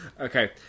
Okay